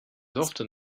often